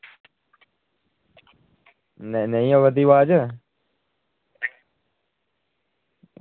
नेईं नेईं आवा दी अवाज़